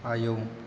आयौ